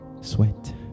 sweat